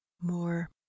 More